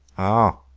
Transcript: ah,